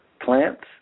Plants